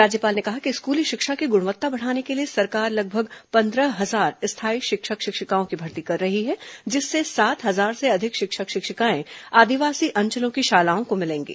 राज्यपाल ने कहा कि स्कूली शिक्षा की गुणवत्ता बढ़ाने के लिए सरकार लगभग पंद्रह हजार स्थाई शिक्षक शिक्षिकाओं की भर्ती कर रही है जिससे सात हजार से अधिक शिक्षक शिक्षिकाएं आदिवासी अंचलों की शालाओं को मिलेंगे